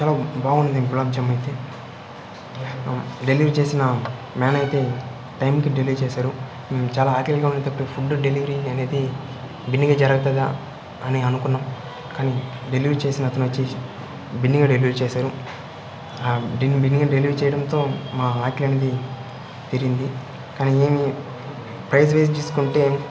చాలా బాగుంది గులాబ్జామ్ అయితే డెలివరీ చేసిన మ్యాన్ అయితే టైంకి డెలివరీ చేశారు చాలా ఆకలిగా ఉన్నప్పుడు ఫుడ్ డెలివరీ అనేది బిన్నిగా జరుగుతుందా అనే అనుకున్నాం కానీ డెలివరీ చేసిన అతను వచ్చేసి బిన్నిగా డెలివరీ చేశారు దీని బిన్నిగా డెలివరీ చేయడంతో మా ఆకలి అనేది తీరింది కానీ ఏమి ప్రైస్ వైస్ చూసుకుంటే